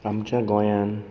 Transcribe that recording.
आमच्या गोंयांत